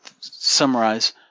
summarize